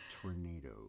Tornado